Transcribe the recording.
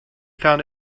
found